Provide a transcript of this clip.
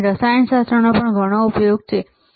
રસાયણશાસ્ત્રનો ઘણો ઉપયોગ બરાબર ને